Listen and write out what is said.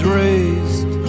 raised